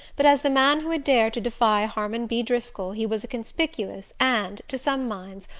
but as the man who had dared to defy harmon b. driscoll he was a conspicuous and, to some minds,